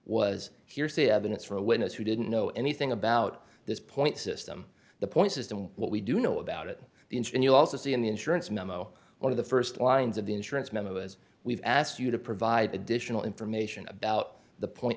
hearsay evidence for a witness who didn't know anything about this point system the point system what we do know about it and you also see in the insurance memo one of the st lines of the insurance memo was we've asked you to provide additional information about the point